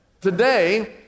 Today